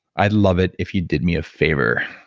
i'd love it if you did me a favor.